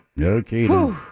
Okay